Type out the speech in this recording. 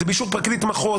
זה פרקליט מחוז?